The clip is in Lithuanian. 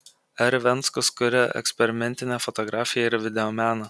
r venckus kuria eksperimentinę fotografiją ir videomeną